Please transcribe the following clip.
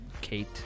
Kate